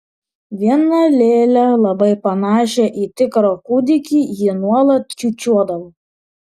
vieną lėlę labai panašią į tikrą kūdikį ji nuolat čiūčiuodavo